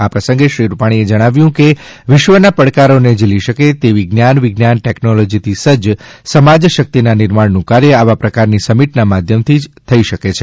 આ પ્રસંગે શ્રી રૂપાણીએ જણાવ્યું કે વિશ્વના પડકારોને ઝીલી શકે તેવી જ્ઞાન વિજ્ઞાન ટેકનોલોજીથી સજ્જ સમાજ શક્તિના નિર્માણનું કાર્ય આવા પ્રકારની સમિટના માધ્યમથી જ થઇ શખે